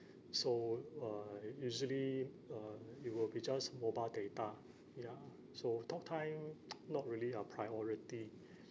so uh usually uh it will be just mobile data ya so talk time not really a priority